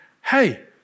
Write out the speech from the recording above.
hey